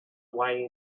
way